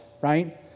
right